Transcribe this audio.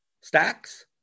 stacks